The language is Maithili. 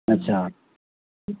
अच्छा